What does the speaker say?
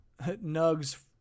nugs